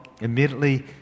immediately